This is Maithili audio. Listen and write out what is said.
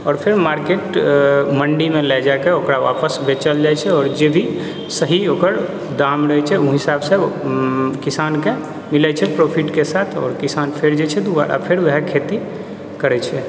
आओर फेर मार्केट मण्डीमे लए जाइके ओकरा वापस बेचल जाइ छै आओर जे भी सही ओकर दाम रहै छै ओहि हिसाबसँ किसानके मिलै छै प्रॉफिटके साथ आओर किसान फेर जाइ छै दोबारा फेर वएह खेती करै छै